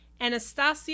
Anastasia